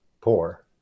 poor